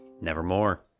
Nevermore